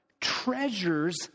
treasures